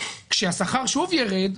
כשהשכר שוב יירד,